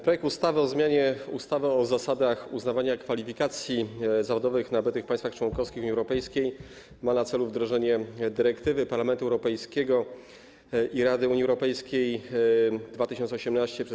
Projekt ustawy o zmianie ustawy o zasadach uznawania kwalifikacji zawodowych nabytych w państwach członkowskich Unii Europejskiej ma na celu wdrożenie dyrektywy Parlamentu Europejskiego i Rady Unii Europejskiej 2018/958 z 2018 r.